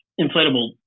inflatable